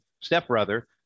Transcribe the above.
stepbrother